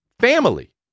Family